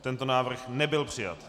Tento návrh nebyl přijat.